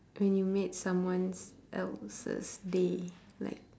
when you made someone's else's day like